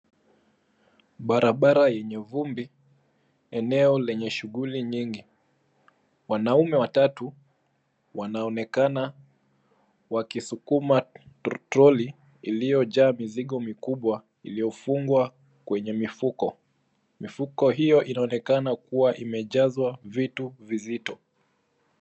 Barabara yenye vumbi eneo lenye shughuli nyingi. Wanaume watatu wanaonekana wakisukuma troli iliyojaa mizigo mikubwa iliyofungwa kwenye mifuko. Mifuko hiyo inaonekana kuwa imejazwa vitu vizito.